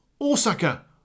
Osaka